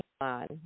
on